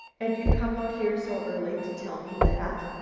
and you come out here so early to tell me that?